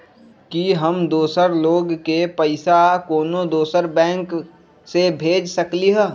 कि हम दोसर लोग के पइसा कोनो दोसर बैंक से भेज सकली ह?